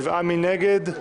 7 נגד,